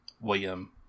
William